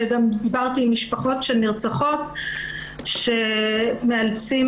דיברתי גם עם משפחות של נרצחות ושמעתי שמאלצים